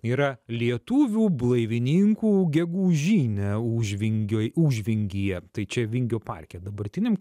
yra lietuvių blaivininkų gegūžinė užvingio užvingyje tai čia vingio parke dabartiniam